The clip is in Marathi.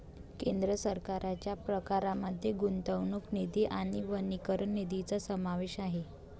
केंद्र सरकारच्या प्रकारांमध्ये गुंतवणूक निधी आणि वनीकरण निधीचा समावेश आहे